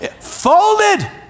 folded